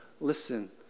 listen